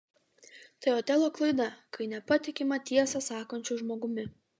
tai otelo klaida kai nepatikima tiesą sakančiu žmogumi